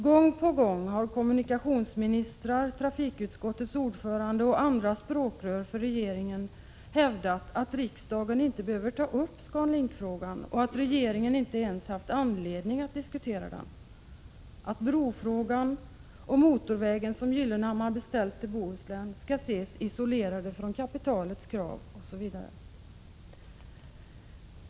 Gång på gång har kommunikationsministrar, trafikutskottets ordförande och andra språkrör för regeringen hävdat att riksdagen inte behöver ta upp ScanLink-frågan, att regeringen inte ens haft anledning att diskutera den, att brofrågan och den motorväg som Gyllenhammar beställt till Bohuslän skall ses isolerade från kapitalets krav, osv.